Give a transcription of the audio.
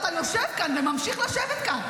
ואתה יושב כאן וממשיך לשבת כאן.